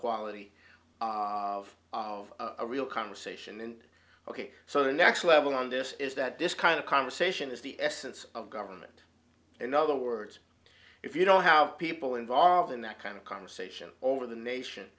quality of of a real conversation and ok so the next level on this is that this kind of conversation is the essence of government in other words if you don't have people involved in that kind of conversation over the nation